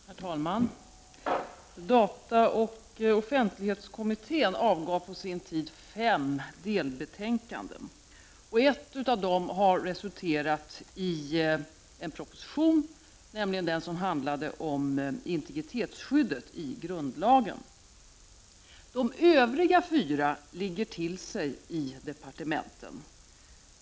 Herr talman! Dataoch offentlighetskommittén avgav på sin tid fem delbetänkanden. Ett av dem har resulterat i en proposition, nämligen den om integritetsskyddet i grundlagen. De övriga fyra ligger till sig i departementet.